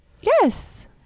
Yes